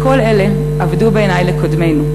כל אלה אבדו, בעיני, לקודמינו,